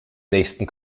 nächsten